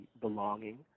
belonging